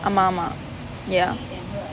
ஆமா ஆமா:aamaa aamaa ya